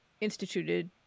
instituted